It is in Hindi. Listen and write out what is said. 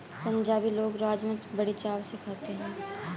पंजाबी लोग राज़मा बड़े चाव से खाते हैं